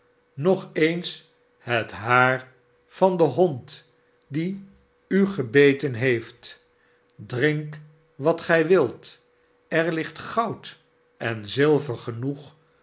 nog eens het haar o barnaby rudge van den hond die u gebeten heeft drink wat gij wilt er ligt goud en zilver genoeg